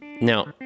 Now